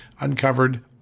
uncovered